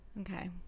Okay